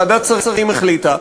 ועדת שרים החליטה.